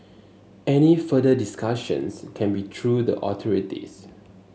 any further discussions can be through the authorities